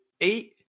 eight